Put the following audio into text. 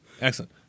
Excellent